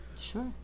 sure